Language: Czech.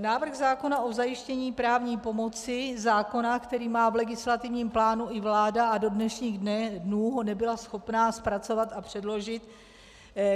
Návrh zákona o zajištění právní pomoci, zákona, který má i v legislativním plánu vláda a do dnešních dnů ho nebyla schopna zpracovat a předložit,